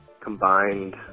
combined